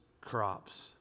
crops